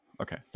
Okay